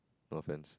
no offence